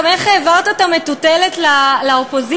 גם איך העברת את המטוטלת לאופוזיציה,